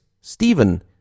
Stephen